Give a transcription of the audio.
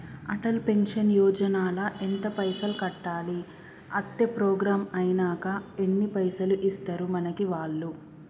Atal pension Yojana ల ఎంత పైసల్ కట్టాలి? అత్తే ప్రోగ్రాం ఐనాక ఎన్ని పైసల్ ఇస్తరు మనకి వాళ్లు?